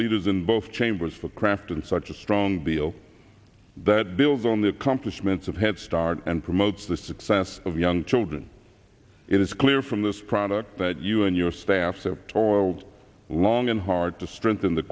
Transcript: leaders in both chambers for crafting such a strong bill that builds on the accomplishments of headstart and promotes the success of young children it is clear from this product that you and your staff so toiled long and hard to strengthen the